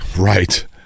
right